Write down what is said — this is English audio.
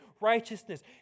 righteousness